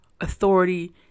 authority